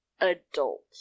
adult